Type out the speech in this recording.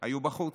היו בחוץ.